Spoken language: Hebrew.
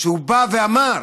שבא ואמר,